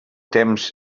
temps